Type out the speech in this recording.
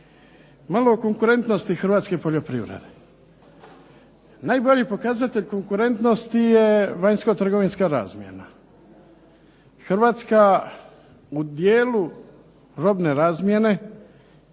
Malo o konkurentnosti hrvatske poljoprivrede. Najbolji pokazatelj konkurentnosti je vanjskotrgovinska razmjena. Hrvatska u dijelu robne razmjene,